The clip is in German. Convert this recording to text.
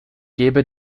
gebe